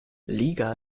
liga